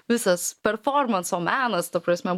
visas performanso menas ta prasme